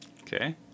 okay